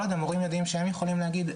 כל עוד המורים יודעים שהם יכולים להגיד,